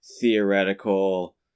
theoretical